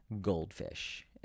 goldfish